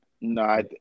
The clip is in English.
No